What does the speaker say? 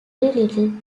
little